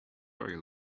very